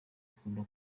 akunda